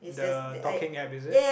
the talking app is it